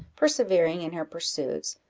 persevering in her pursuits,